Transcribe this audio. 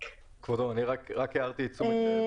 כבודו, רק הערתי לתשומת הלב.